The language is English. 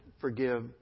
forgive